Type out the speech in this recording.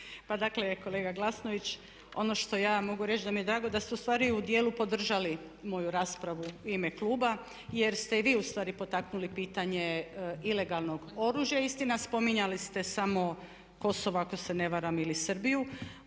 Pa dakle kolega Glasnović ono što ja mogu reći da mi je drago da ste ustvari u dijelu podržali moju raspravu u ime kluba jer ste i vi ustvari potaknuli pitanje ilegalnog oružja. Istina, spominjali ste samo Kosovo ako se ne varam ili Srbiju,